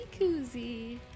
koozie